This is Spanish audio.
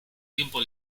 tiempo